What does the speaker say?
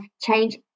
Change